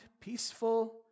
peaceful